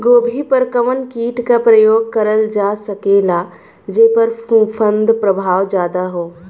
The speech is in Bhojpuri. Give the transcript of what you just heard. गोभी पर कवन कीट क प्रयोग करल जा सकेला जेपर फूंफद प्रभाव ज्यादा हो?